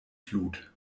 flut